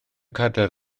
cadair